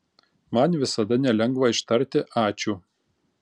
man visada nelengva ištarti ačiū